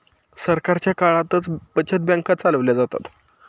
सरकारच्या काळातच बचत बँका चालवल्या जातात